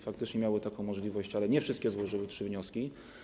Faktycznie miały taką możliwość, ale nie wszystkie złożyły trzy wnioski.